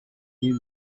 you